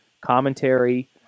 commentary